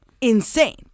Insane